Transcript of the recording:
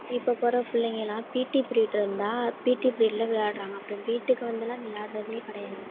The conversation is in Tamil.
இப்போ போகிற பிள்ளைங்கள்லாம் பீடி ப்ரீட் இருந்தால் பீடி ப்ரீடில் விளாடுறாங்க அப்புறம் வீட்டுக்கு வந்தெலாம் விளாடுறதே கிடையாது